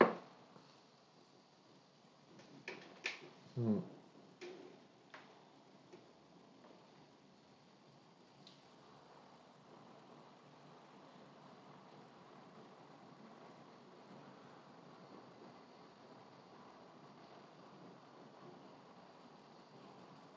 mm